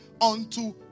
unto